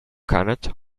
cannot